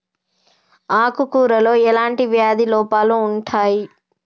ఆకు కూరలో ఎలాంటి వ్యాధి లోపాలు ఉంటాయి?